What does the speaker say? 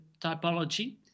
typology